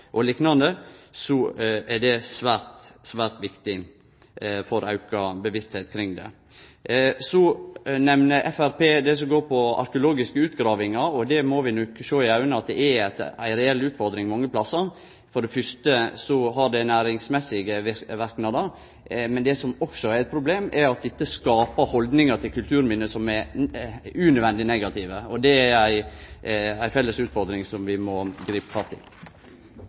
dette. Så nemner Framstegspartiet det som går på arkeologiske utgravingar. Vi må sjå i auga at det er ei reell utfordring mange plassar. For det fyrste har det næringsmessige verknader. Det som også er eit problem, er at det skaper haldningar til kulturminne som er unødvendig negative, og det er ei felles utfordring som vi må gripe fatt i.